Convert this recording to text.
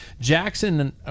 Jackson